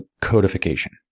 codification